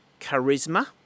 charisma